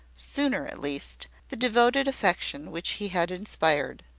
sooner at least, the devoted affection which he had inspired.